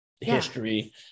history